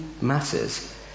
matters